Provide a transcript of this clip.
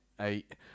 eight